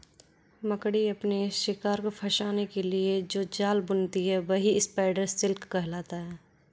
मकड़ी अपने शिकार को फंसाने के लिए जो जाल बुनती है वही स्पाइडर सिल्क कहलाता है